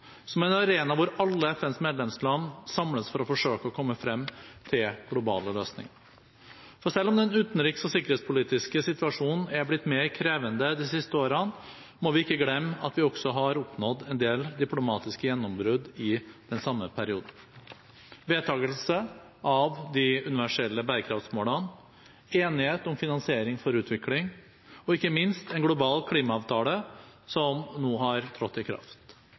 som en arena hvor alle FNs medlemsland samles for å forsøke å komme frem til globale løsninger Selv om den utenriks- og sikkerhetspolitiske situasjonen er blitt mer krevende de siste årene, må vi ikke glemme at vi også har oppnådd en del diplomatiske gjennombrudd i den samme perioden – vedtakelse av de universelle bærekraftsmålene, enighet om finansiering for utvikling og ikke minst en global klimaavtale som nå har trådt i kraft.